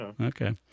Okay